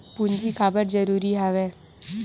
पूंजी काबर जरूरी हवय?